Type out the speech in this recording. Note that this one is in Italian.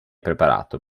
preparato